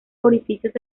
orificios